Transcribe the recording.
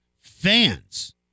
fans